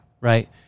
right